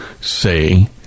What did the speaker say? say